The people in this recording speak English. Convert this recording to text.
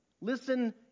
listen